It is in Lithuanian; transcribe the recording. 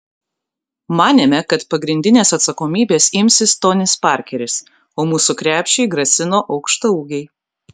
manėme kad pagrindinės atsakomybės imsis tonis parkeris o mūsų krepšiui grasino aukštaūgiai